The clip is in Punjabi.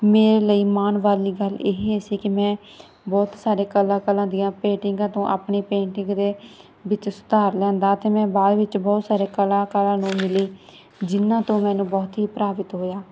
ਮੇਰੇ ਲਈ ਮਾਣ ਵਾਲੀ ਗੱਲ ਇਹ ਸੀ ਕਿ ਮੈਂ ਬਹੁਤ ਸਾਰੇ ਕਲਾਕਾਰਾਂ ਦੀਆਂ ਪੇਂਟਿੰਗਾਂ ਤੋਂ ਆਪਣੀ ਪੇਂਟਿੰਗ ਦੇ ਵਿੱਚ ਸੁਧਾਰ ਲਿਆਉਂਦਾ ਅਤੇ ਮੈਂ ਬਾਅਦ ਵਿੱਚ ਬਹੁਤ ਸਾਰੇ ਕਲਾਕਾਰਾਂ ਨੂੰ ਮਿਲੀ ਜਿਹਨਾਂ ਤੋਂ ਮੈਨੂੰ ਬਹੁਤ ਹੀ ਪ੍ਰਭਾਵਿਤ ਹੋਇਆ